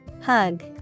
Hug